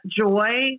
joy